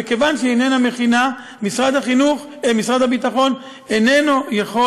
וכיוון שהוא איננו מכינה משרד הביטחון איננו יכול